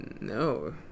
No